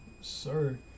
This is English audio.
Sir